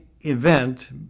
event